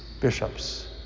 bishops